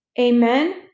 Amen